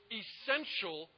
essential